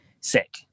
sick